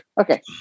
Okay